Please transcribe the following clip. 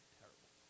terrible